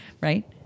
right